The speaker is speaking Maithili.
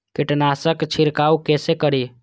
कीट नाशक छीरकाउ केसे करी?